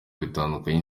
bitandukanye